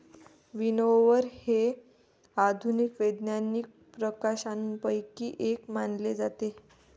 विनओवर हे आधुनिक वैज्ञानिक प्रकाशनांपैकी एक मानले जाते